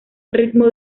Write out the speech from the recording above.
ritmo